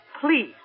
please